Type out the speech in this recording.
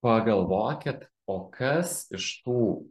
pagalvokit o kas iš tų